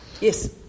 Yes